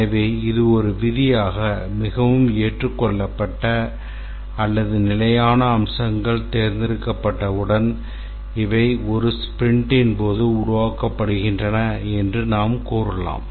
எனவே இது ஒரு விதியாக மிகவும் ஏற்றுக்கொள்ளப்பட்ட அல்லது நிலையான அம்சங்கள் தேர்ந்தெடுக்கப்பட்டவுடன் இவை ஒரு ஸ்பிரிண்டின் போது உருவாக்கப்படுகின்றன என்று நாம் கூறலாம்